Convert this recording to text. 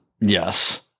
Yes